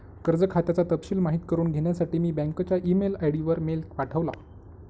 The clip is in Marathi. कर्ज खात्याचा तपशिल माहित करुन घेण्यासाठी मी बँकच्या ई मेल आय.डी वर मेल पाठवला